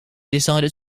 decided